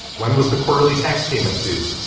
when was the quarterly tax payment due.